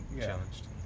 challenged